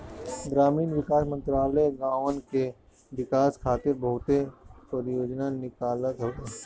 ग्रामीण विकास मंत्रालय गांवन के विकास खातिर बहुते परियोजना निकालत हवे